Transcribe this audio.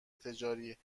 تجاری